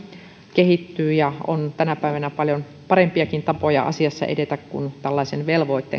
kehittyy ja on tänä päivänä paljon parempiakin tapoja asiassa edetä kuin tällaisen velvoitteen